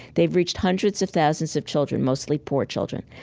they've reached hundreds of thousands of children, mostly poor children.